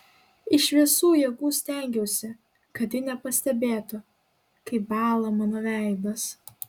iš visų jėgų stengiausi kad ji nepastebėtų kaip bąla mano veidas